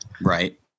Right